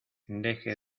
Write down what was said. deje